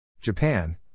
Japan